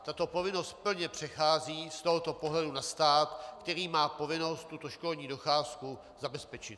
Tato povinnost plně přechází z tohoto pohledu na stát, který má povinnost tuto školní docházku zabezpečit.